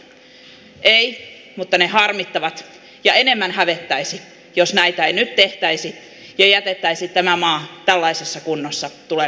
eivät mutta ne harmittavat ja enemmän hävettäisi jos näitä ei nyt tehtäisi ja jätettäisiin tämä maa tällaisessa kunnossa tuleville sukupolville